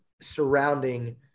surrounding –